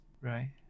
right